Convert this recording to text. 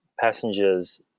passengers